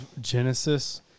Genesis